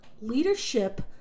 leadership